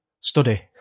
study